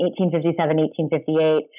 1857-1858